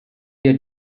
wir